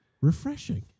refreshing